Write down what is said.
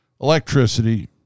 electricity